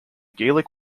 gaelic